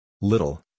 Little